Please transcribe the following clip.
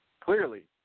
Clearly